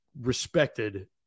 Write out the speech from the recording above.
respected